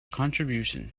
contribution